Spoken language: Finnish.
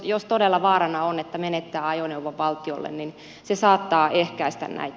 jos todella vaarana on että menettää ajoneuvon valtiolle niin se saattaa ehkäistä näitä